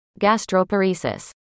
gastroparesis